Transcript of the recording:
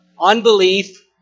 unbelief